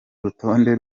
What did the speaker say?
rutonde